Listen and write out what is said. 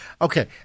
Okay